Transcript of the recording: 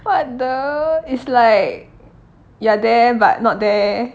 what the it's like you are there but not there